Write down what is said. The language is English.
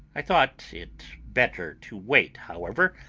i thought it better to wait, however,